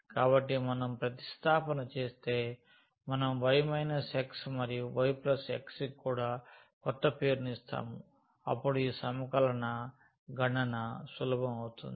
కాబట్టి మనం ప్రతిస్తాపన చేస్తే మనం y x మరియు y x కి కూడా క్రొత్త పేరును ఇస్తాము అప్పుడు ఈ సమకలన గణన సులభం అవుతుంది